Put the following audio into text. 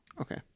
Okay